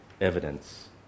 evidence